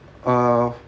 uh